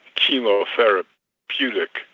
chemotherapeutic